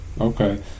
Okay